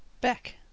back